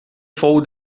fou